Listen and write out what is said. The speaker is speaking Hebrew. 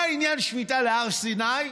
מה עניין שמיטה להר סיני,